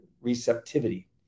receptivity